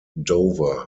dover